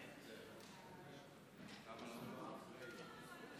כבוד היושב-ראש,